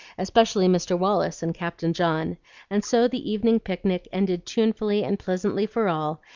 especially mr. wallace and captain john and so the evening picnic ended tunefully and pleasantly for all,